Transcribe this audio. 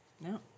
No